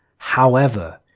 however,